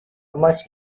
much